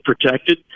protected